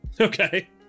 Okay